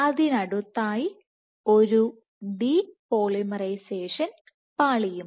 അതിനടുത്തായി ഒരു depolymerisation പാളിയും